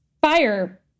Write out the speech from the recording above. fire